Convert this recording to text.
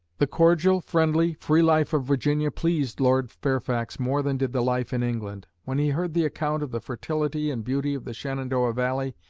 the cordial, friendly, free life of virginia pleased lord fairfax more than did the life in england. when he heard the account of the fertility and beauty of the shenandoah valley,